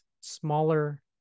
smaller